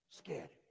scared